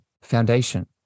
foundation